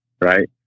Right